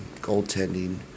goaltending